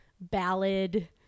ballad